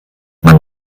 man